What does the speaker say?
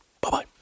Bye-bye